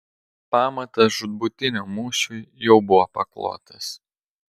pamatas žūtbūtiniam mūšiui jau buvo paklotas